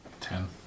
Ten